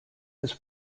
his